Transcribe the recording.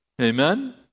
Amen